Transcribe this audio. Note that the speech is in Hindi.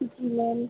जी मैम